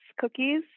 cookies